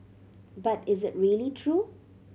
but is it really true